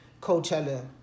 Coachella